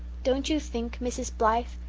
don't you think, mrs. blythe,